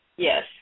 Yes